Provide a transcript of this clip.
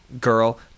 Girl